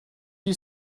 you